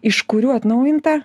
iš kurių atnaujinta